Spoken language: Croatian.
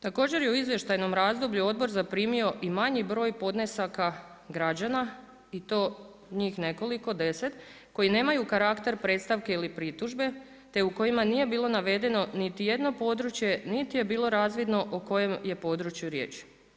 Također je u izvještajnom razdoblju odbor zaprimio i manji broj podnesaka građana i to njih nekoliko deset koji nemaju karakter predstavke ili pritužbe, te u kojima nije bilo navedeno niti jedno područje, niti je bilo razvidno o kojem je području riječ.